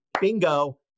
bingo